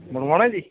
ਬਣਵਾਉਣਾ ਹੈ ਜੀ